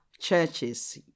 churches